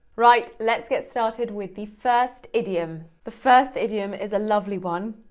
right, let's get started with the first idiom. the first idiom is a lovely one,